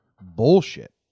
Bullshit